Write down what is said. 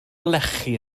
lechi